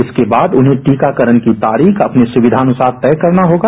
इसके बाद उन्हें टीकाकरण की तारीख अपनी सुवधा के अनुसार तय करना होगा